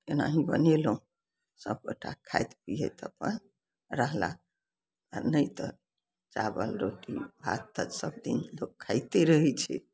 एनाही बनेलहुँ सबगोटा खाइत पीबैत अपन रहला आओर नहि तऽ चावल रोटी हाथ तर सब दिन लोक खाइते रहय छै